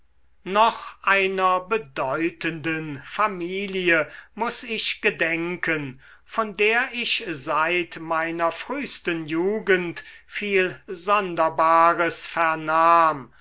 noch einer bedeutenden familie muß ich gedenken von der ich seit meiner frühsten jugend viel sonderbares vernahm